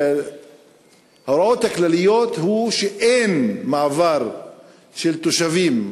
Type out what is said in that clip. שההוראות הכלליות הן שאין מעבר של תושבים